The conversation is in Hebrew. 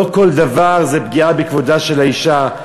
לא כל דבר זה פגיעה בכבודה של האישה.